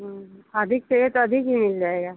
हाँ अधिक चहिए तो अधिक भी मिल जाएगा